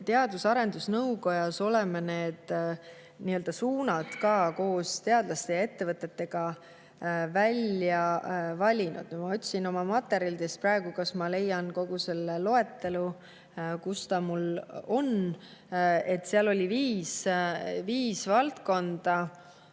Teadus‑ ja Arendusnõukogus oleme need suunad ka koos teadlaste ja ettevõtetega välja valinud. Ma otsin oma materjalidest praegu, kas ma leian kogu selle loetelu, kus see mul on. Seal oli viis valdkonda,